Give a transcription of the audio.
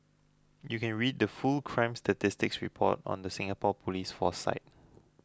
you can read the full crime statistics report on the Singapore police force site